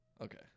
Okay